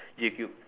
J cube